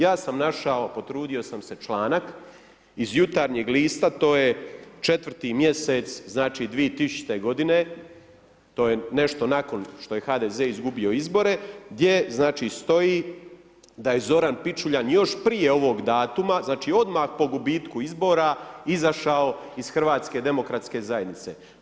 Ja sam našao potrudio sam se članak iz Jutarnjeg lista, to je 4 mjesec znači 2000. godine, to je nešto nakon što je HDZ izgubio izbore, gdje stoji da je Zoran Pičuljan još prije ovog datuma ovog datuma, znači odmah po gubitku izbora izašao iz HDZ-a.